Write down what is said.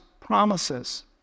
promises